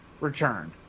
returned